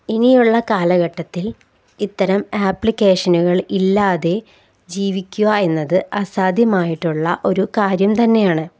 ഇനിയുള്ള കാലഘട്ടത്തിൽ ഇത്തരം ആപ്ലിക്കേഷനുകൾ ഇല്ലാതെ ജീവിക്കുക എന്നത് അസാധ്യമായിട്ടുള്ള ഒരു കാര്യം തന്നെയാണ്